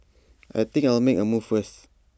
I think I'll make A move first